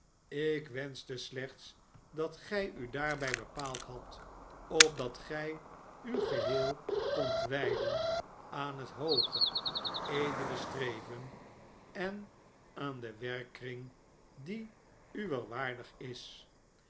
ik wenschte slechts dat gij u daarbij bepaald hadt opdat gij u geheel kondt wijden aan het hooge edele streven en aan den werkkring die uwer waardig is